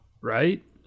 Right